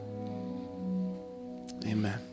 Amen